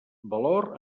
valor